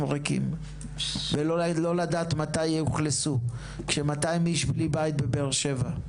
ריקים ולא לדעת מתי יאוכלסו ,כש-200 איש בלי בית בבאר שבע,